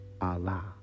Allah